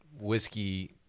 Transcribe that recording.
whiskey